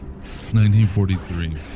1943